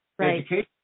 education